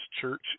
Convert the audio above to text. church